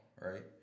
right